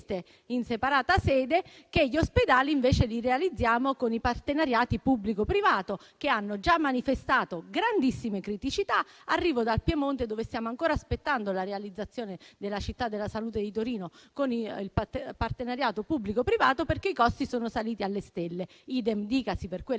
in separata sede, che gli ospedali invece li realizziamo con i partenariati pubblico-privato, che hanno già manifestato grandissime criticità. Arrivo dal Piemonte, dove stiamo ancora aspettando la realizzazione della città della salute di Torino con il partenariato pubblico-privato, perché i costi sono saliti alle stelle; idem dicasi per quella